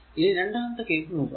ഇനി രണ്ടാമത്തെ കേസ് നോക്കുക